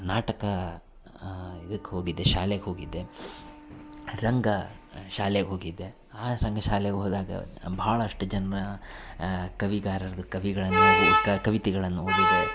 ನಾಟಕ ಇದಕ್ಕೆ ಹೋಗಿದ್ದೆ ಶಾಲೆಗೆ ಹೋಗಿದ್ದೆ ರಂಗ ಶಾಲೆಗೆ ಹೋಗಿದ್ದೆ ಆ ರಂಗ ಶಾಲೆಗೆ ಹೋದಾಗ ಭಾಳಷ್ಟು ಜನ ಕವಿಗಾರರು ಕವಿಗಳನ್ನು ಹಾಗೂ ಕವಿತೆಗಳನ್ನು ಓದಿದೆ